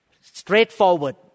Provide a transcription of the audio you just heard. straightforward